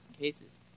cases